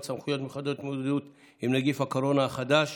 תקנות סמכויות מיוחדות להתמודדות עם נגיף הקורונה החדש